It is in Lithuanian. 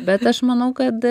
bet aš manau kad